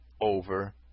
over